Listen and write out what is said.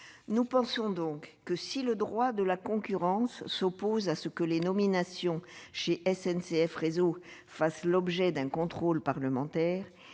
Nous pensons donc que si le droit de la concurrence s'oppose à ce que les nominations au sein de SNCF Réseau fassent l'objet d'un contrôle parlementaire,